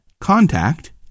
contact